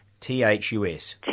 T-H-U-S